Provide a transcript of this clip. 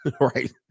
right